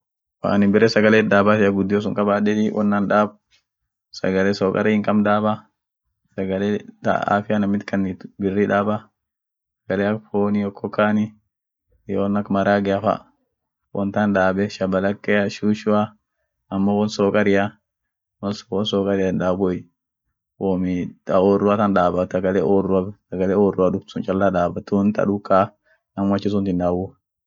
woan bare sagale itdaabatia gudio kabaadeti, won an daab sagale sukari hinkabn daaba, sagale ta afia namiit kanit daaba, sagale ak fooni okokaani, iyoo won ak maaragea fa won tan daabe shabalakea shushua amo won sukaria hindaabuei woom sagale oorua duft tan daaba tuun ta duka namu achiit hindaabu